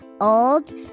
old